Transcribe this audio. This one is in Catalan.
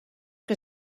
que